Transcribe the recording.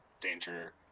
danger